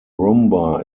rumba